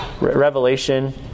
Revelation